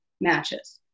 matches